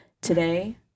today